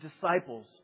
disciples